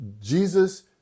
Jesus